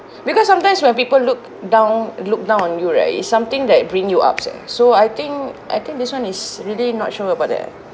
because sometimes when people look down look down on you right it's something that bring you up eh so I think I think this [one] is really not sure about it